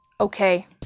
Okay